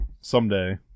someday